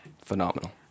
Phenomenal